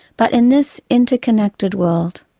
but in this interconnected world,